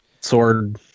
sword